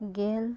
ᱜᱮᱞ